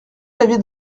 l’avis